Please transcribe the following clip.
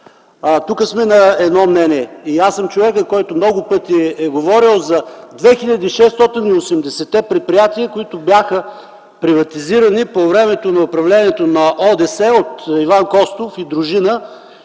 Тук сме на едно мнение. И аз съм човекът, който много пъти е говорил за 2680-те предприятия, които бяха приватизирани по време на управлението на ОДС от Иван Костов и дружина